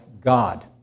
God